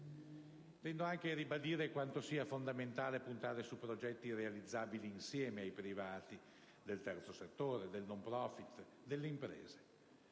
Intendo anche ribadire quanto sia fondamentale puntare a progetti realizzabili insieme ai privati, del terzo settore, del *no profit,* delle imprese.